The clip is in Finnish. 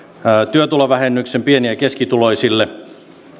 työtulovähennyksen pieni ja keskituloisille